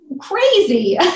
crazy